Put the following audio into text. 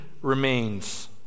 remains